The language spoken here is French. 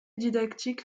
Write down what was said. didactique